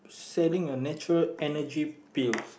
selling a natural Energy Pills